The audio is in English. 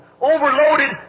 overloaded